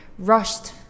rushed